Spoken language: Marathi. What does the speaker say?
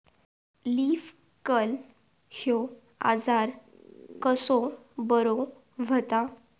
लीफ कर्ल ह्यो आजार कसो बरो व्हता?